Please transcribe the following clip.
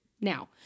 Now